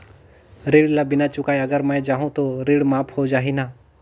ऋण ला बिना चुकाय अगर मै जाहूं तो ऋण माफ हो जाही न?